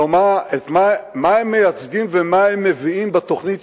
הרי מה הם מייצגים ומה הם מביאים בתוכנית,